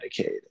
Medicaid